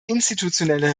institutionelle